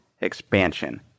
expansion